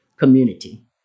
Community